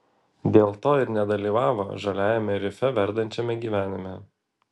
dėl to ir nedalyvavo žaliajame rife verdančiame gyvenime